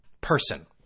person